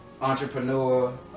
entrepreneur